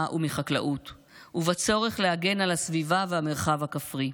ומחקלאות ובצורך להגן על הסביבה והמרחב הכפרי.